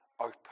open